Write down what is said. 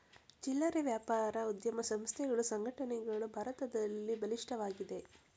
ಚಿಲ್ಲರೆ ವ್ಯಾಪಾರ ಉದ್ಯಮ ಸಂಸ್ಥೆಗಳು ಸಂಘಟನೆಗಳು ಭಾರತದಲ್ಲಿ ಬಲಿಷ್ಠವಾಗಿವೆ